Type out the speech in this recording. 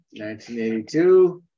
1982